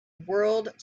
world